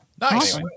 Nice